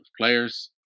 players